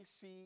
see